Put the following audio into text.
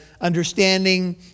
understanding